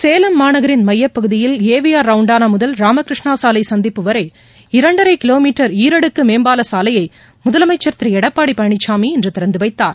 சேலம் மாநகரின் மையப்பகுதியில் ஏவிஆர் ரவுண்டானாமுதல் ராமகிருஷ்ணாசாலைசந்திப்பு வரை இரண்டரைகிலோமீட்டர் ஈரடுக்குமேம்பாலசாலையைழதலமைச்சர் திருளடப்பாட்பழனிசாமி இன்றுதிறந்துவைத்தார்